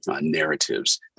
narratives